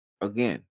Again